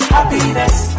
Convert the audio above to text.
Happiness